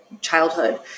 childhood